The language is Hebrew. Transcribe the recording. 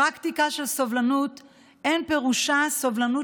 פרקטיקה של סובלנות אין פירושה סובלנות